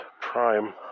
prime